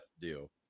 deal